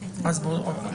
בוועדה.